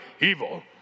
evil